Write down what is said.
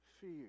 fear